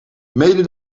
mede